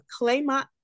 Claymont